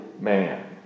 man